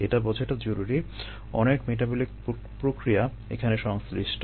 এটা বোঝাটা জরুরি যে অনেক মেটাবলিক প্রক্রিয়া এখানে সংশ্লিষ্ট